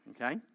Okay